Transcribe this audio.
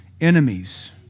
enemies